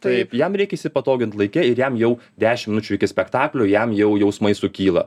taip jam reikia įsipatogint laike ir jam jau dešim minučių iki spektaklio jam jau jausmai sukyla